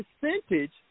percentage